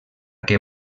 que